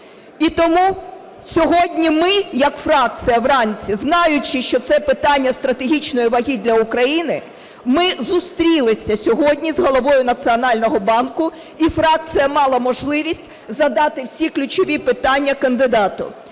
І тому сьогодні ми як фракція вранці, знаючи, що це питання стратегічної ваги для України, ми зустрілися сьогодні з Головою Національного банку, і фракція мала можливість задати всі ключові питання кандидату.